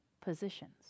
positions